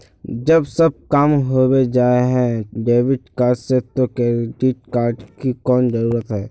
जब सब काम होबे जाय है डेबिट कार्ड से तो क्रेडिट कार्ड की कोन जरूरत है?